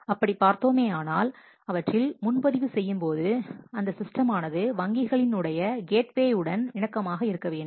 அப்படிப் பார்த்தோமானால் அவற்றில் முன்பதிவு செய்யும்போது அந்த சிஸ்டம் ஆனது வங்கிகளின் உடைய கேட்வேயோடு இணக்கமாக இருக்க வேண்டும்